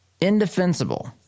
indefensible